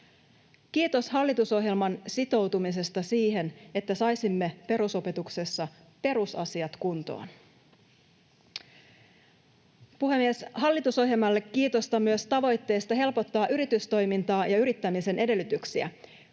kiitos hallitusohjelman sitoutumisesta siihen, että saisimme perusopetuksessa perusasiat kuntoon. Puhemies! Hallitusohjelmalle kiitosta myös tavoitteesta helpottaa yritystoimintaa ja yrittämisen edellytyksiä